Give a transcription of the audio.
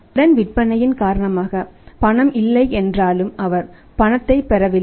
கடன் விற்பனையின் காரணமாக பணம் இல்லை என்றாலும் அவர் பணத்தைப் பெறவில்லை